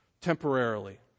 temporarily